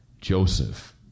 Joseph